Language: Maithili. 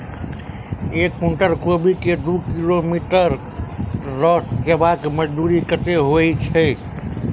एक कुनटल कोबी केँ दु किलोमीटर लऽ जेबाक मजदूरी कत्ते होइ छै?